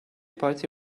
party